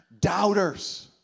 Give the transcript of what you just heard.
doubters